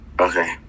Okay